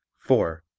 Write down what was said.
four.